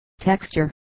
texture